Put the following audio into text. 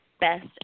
best